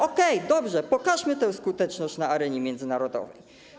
Okej, dobrze, pokażmy tę skuteczność na arenie międzynarodowej.